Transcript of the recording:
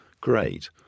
great